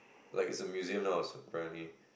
like it's a museum now apparently